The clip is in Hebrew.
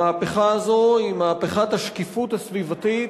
המהפכה הזאת היא מהפכת השקיפות הסביבתית,